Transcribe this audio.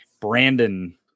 Brandon